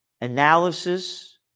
analysis